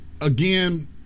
again